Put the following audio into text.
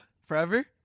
forever